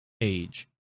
age